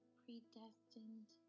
predestined